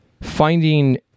finding